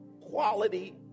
Quality